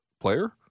Player